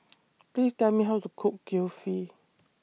Please Tell Me How to Cook Kulfi